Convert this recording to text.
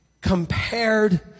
Compared